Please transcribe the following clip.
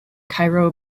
cairo